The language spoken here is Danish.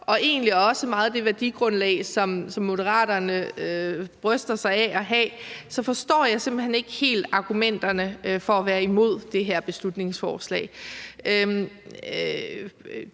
ud fra meget af det værdigrundlag, som Moderaterne bryster sig af at have, så forstår jeg simpelt hen ikke helt argumenterne for at være imod det her beslutningsforslag.